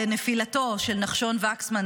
לנפילתו של נחשון וקסמן,